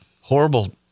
horrible